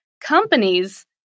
companies